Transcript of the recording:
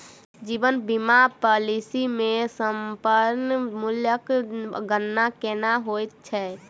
जीवन बीमा पॉलिसी मे समर्पण मूल्यक गणना केना होइत छैक?